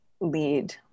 lead